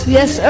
Yes